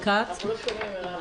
ארצה טיפה להעמיק בנושא